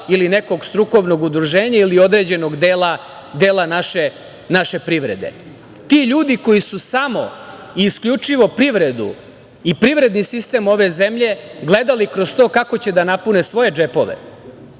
ili nekog strukovnog udruženja ili određenog dela naše privrede. Ti ljudi su samo i isključivo privredu i privredni sistem ove zemlje gledali kroz to kako će da napune svoje džepove.